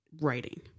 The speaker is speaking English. writing